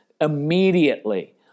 immediately